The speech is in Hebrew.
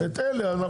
שאר הדברים